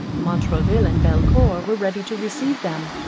montraville and belcour were ready to receive them.